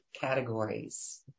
categories